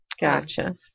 Gotcha